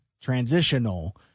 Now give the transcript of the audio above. transitional